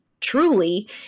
truly